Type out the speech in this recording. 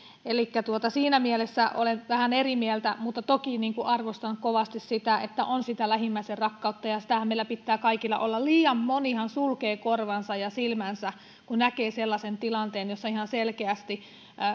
elikkä siinä mielessä olen vähän eri mieltä mutta toki arvostan kovasti sitä että on sitä lähimmäisenrakkautta ja sitähän meillä pitää kaikilla olla liian monihan sulkee korvansa ja silmänsä kun näkee sellaisen tilanteen jossa ihan selkeästi